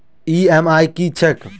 EMI की छैक?